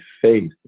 faith